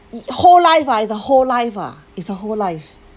it whole life ah it's a whole life ah it's a whole life